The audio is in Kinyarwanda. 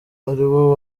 ariwo